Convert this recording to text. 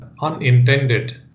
unintended